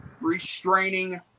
Restraining